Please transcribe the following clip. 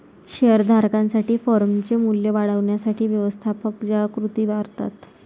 share धारकांसाठी फर्मचे मूल्य वाढवण्यासाठी व्यवस्थापक ज्या कृती करतात